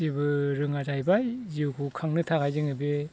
जेबो रोङा जाहैबाय जिउखौ खांनो थाखाय जोङो बे